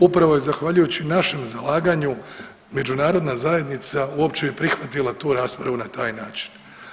Upravo zahvaljujući našem zalaganju međunarodna zajednica uopće je prihvatila tu raspravu na taj način.